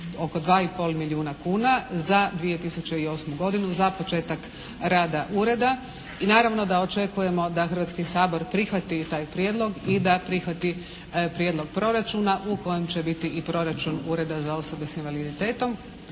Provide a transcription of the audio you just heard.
oko 2,5 milijuna kuna za 2008. godinu za početak rada ureda i naravno da očekujemo da Hrvatski sabor prihvati taj prijedlog i da prihvati prijedlog proračuna u kojem će biti i proračun Ureda za osobe sa invaliditetom.